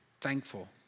thankful